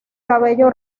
cabello